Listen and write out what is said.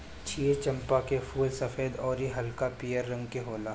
क्षीर चंपा के फूल सफ़ेद अउरी हल्का पियर रंग के होला